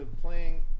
playing